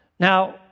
Now